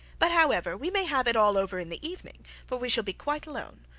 but, however, we may have it all over in the evening for we shall be quite alone.